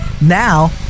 Now